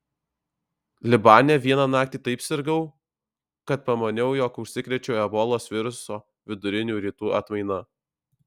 libane vieną naktį taip sirgau kad pamaniau jog užsikrėčiau ebolos viruso vidurinių rytų atmaina